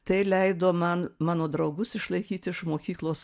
tai leido man mano draugus išlaikyti iš mokyklos